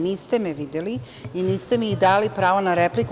Niste me videli i niste mi dali pravo na repliku.